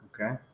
Okay